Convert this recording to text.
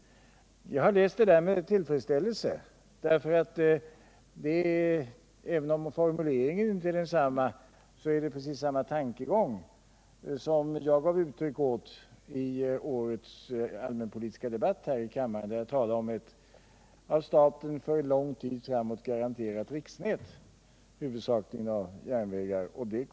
Jag har läst detta med tillfredsställelse. Även om formuleringen inte är densamma, så är det precis samma tankegång som jag gav uttryck åt i årets allmänpolitiska debatt här i kammaren, där jag talade om ett av staten för lång tid framåt garanterat riksnät, huvudsakligen av järnvägar.